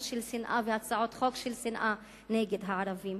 של שנאה והצעות חוק של שנאה נגד הערבים.